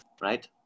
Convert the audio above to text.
right